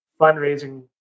fundraising